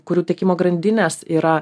kurių tiekimo grandinės yra